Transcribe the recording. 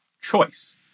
choice